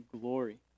glory